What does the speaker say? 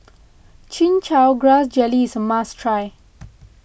Chin Chow Grass Jelly is a must try